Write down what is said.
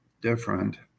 different